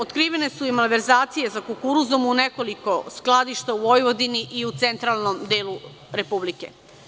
Otkrivene su i malverzacije sa kukuruzom u nekoliko skladišta u Vojvodini i u centralnom delu republike.